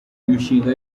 imishinga